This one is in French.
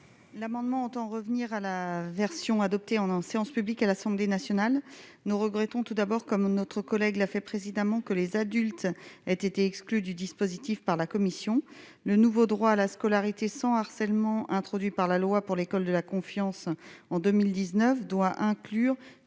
L'amendement en revenir à la version adoptée en en séance publique à l'Assemblée nationale, nous regrettons tout d'abord, comme notre collègue l'a fait précédemment que les adultes aient été exclus du dispositif par la Commission : le nouveau droit à la scolarité sans harcèlement introduit par la loi pour l'école de la confiance en 2019 doit inclure